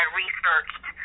researched